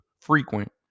frequent